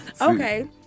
Okay